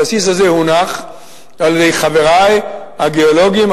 הבסיס הזה הונח על-ידי חברי הגיאולוגים,